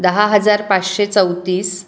दहा हजार पाचशे चौतीस